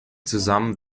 zusammen